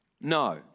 no